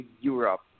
Europe